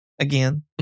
again